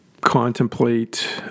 contemplate